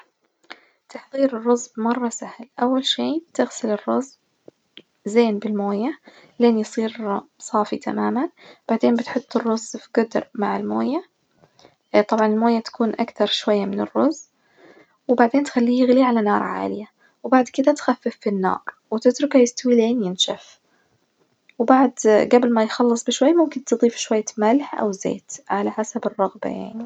تحظير الرز مرة سهل، أول شي تغسل الرز زين بالموية لين يصير صافي تماماً بعدين بتحط الرز في جدر مع الموية، طبعًا الموية بتكون أكثر شوية من الرز وبعدين تخليه يغلي على نار عالية، وبعد كدة تخفف في النار وتتركه يستوي لين ينشف وبعد- قبل ما يخلص بشوي ممكن تضيف ملح أو زيت على حسب الرغبة يعني.